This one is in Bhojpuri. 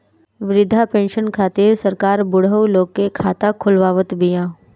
वृद्धा पेंसन खातिर सरकार बुढ़उ लोग के खाता खोलवावत बिया